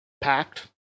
packed